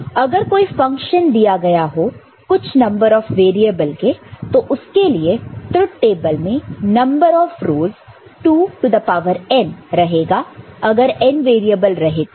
अगर कोई फंक्शन दिया गया हो कुछ नंबर ऑफ वेरिएबल के तो उसके लिए ट्रुथ टेबल में number of rows 2 to the power n रहेगा अगर n वेरिएबल रहे तो